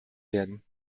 werden